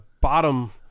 bottom